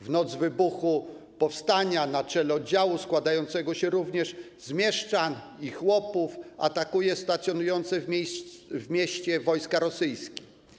W noc wybuchu powstania na czele oddziału składającego się również z mieszczan i chłopów atakował stacjonujące w mieście wojska rosyjskie.